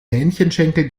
hähnchenschenkel